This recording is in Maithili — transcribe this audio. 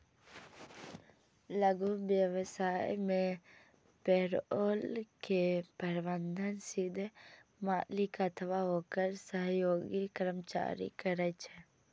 लघु व्यवसाय मे पेरोल के प्रबंधन सीधे मालिक अथवा ओकर सहयोगी कर्मचारी करै छै